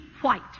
white